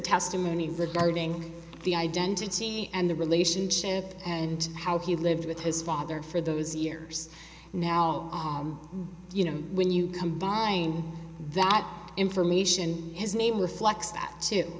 testimony regarding the identity and the relationship and how he lived with his father for those years now you know when you combine that information his name reflects that t